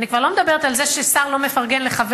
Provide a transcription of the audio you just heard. אני כבר לא מדברת על זה ששר לא מפרגן לחברו,